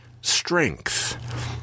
strength